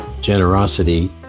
generosity